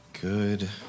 Good